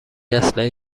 اسلحه